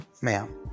ma'am